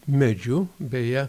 medžiu beje